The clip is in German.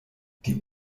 die